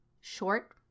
Short